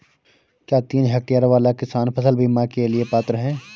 क्या तीन हेक्टेयर वाला किसान फसल बीमा के लिए पात्र हैं?